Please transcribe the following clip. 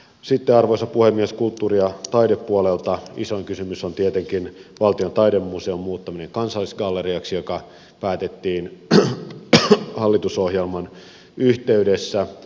sitten arvoisa puhemies kulttuuri ja taidepuolelta isoin kysymys on tietenkin valtion taidemuseon muuttaminen kansallisgalleriaksi joka päätettiin hallitusohjelman yhteydessä